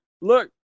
Look